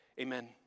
Amen